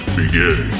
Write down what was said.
begin